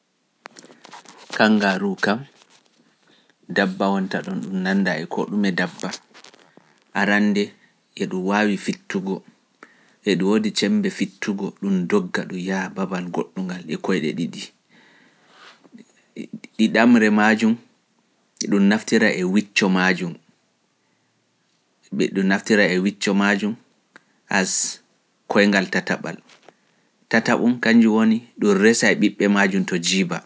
Kangaruu kam, dabba wonta ɗon ɗum nanndaa e koo ɗume dabba, arannde e ɗum waawi fittugo, e ɗum woodi ceembe fittugo, ɗum doga ɗum yaa babal goɗɗungal e koyɗe ɗiɗi, ɗiɗamre majum, e ɗum naftira e wicco majum, as koyngal tataɓal, tataɓum kañju woni ɗum resa e ɓiɓɓe majum to jiiba.